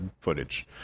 footage